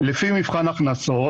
לפי מבחן הכנסות,